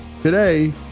Today